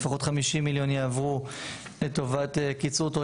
לפחות 50 מיליון יעבור לטובת קיצור תורי